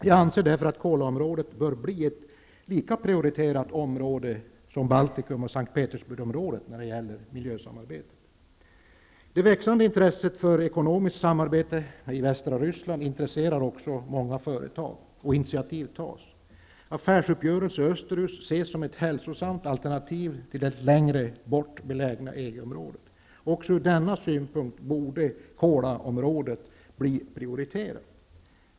Jag anser därför att Kolaområdet bör bli ett lika prioriterat område som Baltikum och S:t Petersburgsområdet när det gäller miljösamarbetet. Det växande intresset för ekonomiskt samarbete i västra Ryssland intresserar också många företag, och initiativ tas. Affärsuppgörelser österut ses som ett hälsosamt alternativ till det längre bort belägna EG-området. Också ur denna synpunkt borde Kolaområdet bli prioriterat.